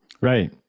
Right